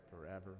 forever